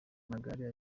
magare